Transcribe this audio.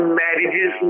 marriages